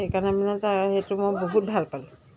সেইকাৰণে মানে তাৰ সেইটো বহুত ভাল পালোঁ